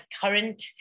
current